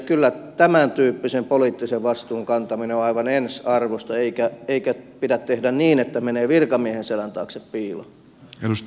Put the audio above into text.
kyllä tämäntyyppisen poliittisen vastuun kantaminen on aivan ensiarvoista eikä pidä tehdä niin että menee virkamiehen selän taakse piiloon